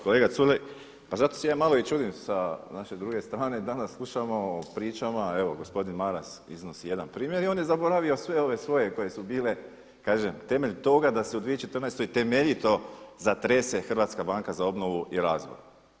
Kolega Culej, pa zato se ja malo i čudim sa naše druge strane danas slušamo o pričamo, evo gospodin Maras iznosi jedan primjer i on je zaboravio sve ove svoje koje su bile kažem temelj toga da se u 2014. temeljito zatrese Hrvatska banka za obnovu i razvoj.